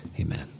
Amen